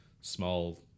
small